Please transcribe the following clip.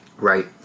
Right